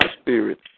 spirit